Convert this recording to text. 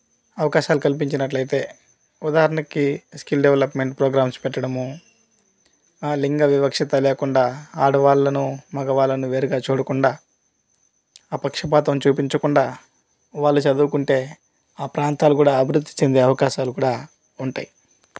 అవకాశాలు కల్పించినట్లు అయితే ఉదాహరణకి స్కిల్ డెవలప్మెంట్ ప్రోగ్రామ్స్ పెట్టడము లింగ వివక్షత లేకుండా ఆడవాళ్ళను మగవాళ్ళను వేరుగా చూడకుండా ఆ పక్షపాతం చూపించకుండా వాళ్ళు చదువుకుంటే ఆ ప్రాంతాలు కూడా అభివృద్ధి చెందే అవకాశాలు కూడా ఉంటాయి